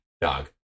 dog